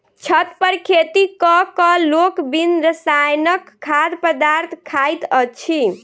छत पर खेती क क लोक बिन रसायनक खाद्य पदार्थ खाइत अछि